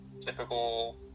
typical